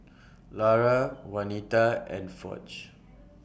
Lara Waneta and Foch